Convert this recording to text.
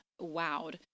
wowed